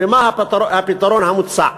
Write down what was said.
ומה הפתרון המוצע.